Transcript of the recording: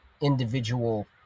individual